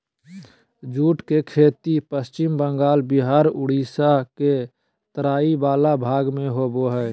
jute के खेती पश्चिम बंगाल बिहार उड़ीसा के तराई वला भाग में होबो हइ